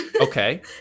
okay